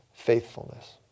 faithfulness